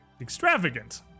extravagant